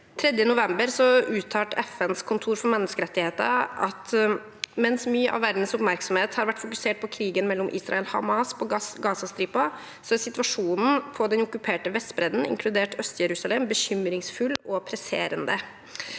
3. november uttalte FNs kontor for menneskerettigheter at mens mye av verdens oppmerksomhet har vært fokusert på krigen mellom Israel og Hamas på Gazastripen, er situasjonen på den okkuperte Vestbredden, inkludert Øst-Jerusalem, bekymringsfull og presserende.